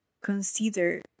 consider